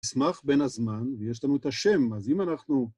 נשמח בין הזמן ויש לנו את השם, אז אם אנחנו...